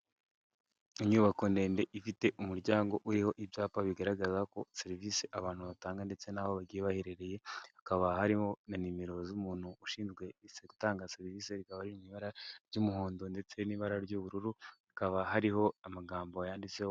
Inyubako ndende ifite umuryango uriho ibyapa bigaragaza ko serivisi abantu batanga ndetse n'aho bagiye baherereye, hakaba harimo na nimero z'umuntu ushinzwe gutanga serivisi, rikaba ari ibara ry'umuhondo ndetse n'ibara ry'ubururu, hakaba hariho amagambo yanditseho.